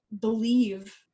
believe